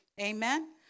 amen